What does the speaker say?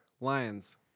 Lions